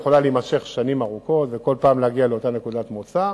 יכולה להימשך שנים ארוכות ובכל פעם להגיע לאותה נקודת מוצא,